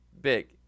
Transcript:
Big